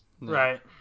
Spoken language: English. Right